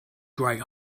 great